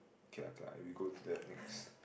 K lah K lah we go to the next